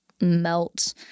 melt